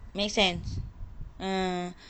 make sense mm